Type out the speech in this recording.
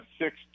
six